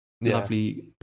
lovely